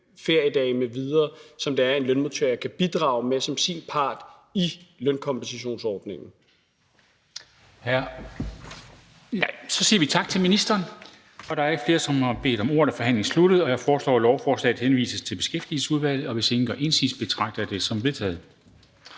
feriedage m.v., som en lønmodtager kan bidrage med som sin part i lønkompensationsordningen. Kl. 16:31 Formanden (Henrik Dam Kristensen): Så siger vi tak til ministeren. Da der ikke er flere, som har bedt om ordet, er forhandlingen sluttet. Jeg foreslår, at lovforslaget henvises til Beskæftigelsesudvalget. Hvis ingen gør indsigelse, betragter jeg det som vedtaget.